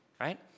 right